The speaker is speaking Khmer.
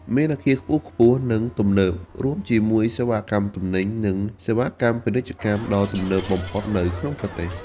មានអាគារខ្ពស់ៗ និងទំនើប រួមជាមួយសេវាកម្មទំនិញ និងសេវាកម្មពាណិជ្ជកម្មដ៏ទំនើបបំផុតនៅក្នុងប្រទេស។